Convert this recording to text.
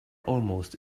almost